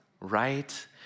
right